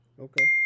okay